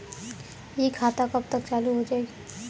इ खाता कब तक चालू हो जाई?